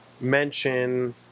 mention